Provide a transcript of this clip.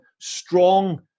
strong